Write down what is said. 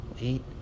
Wait